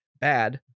bad